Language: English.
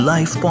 Life